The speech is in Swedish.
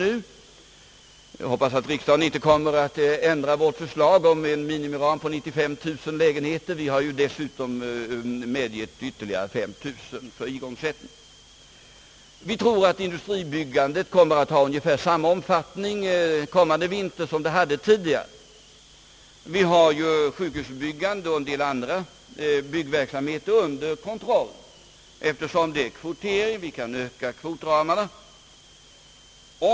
Jag hoppas att riksdagen inte kommer att ändra vårt förslag om en minimiram på 95000 lägenheter, och vi har dessutom medgivit igångsättning för ytterligare 5 000 lägenheter. Vi tror att industribyggandet nästa vinter kommer att ha ungefär samma omfattning som det haft tidigare. Sjukhusbyggandet och en del andra byggverksamheter är under kontroll tack vare kvoteringen; vi kan öka kvotramarna.